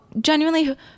Genuinely